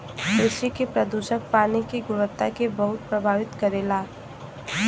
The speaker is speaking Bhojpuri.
कृषि के प्रदूषक पानी के गुणवत्ता के बहुत प्रभावित करेला